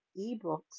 ebooks